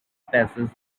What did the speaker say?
passage